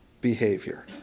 behavior